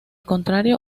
contrario